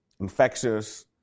infectious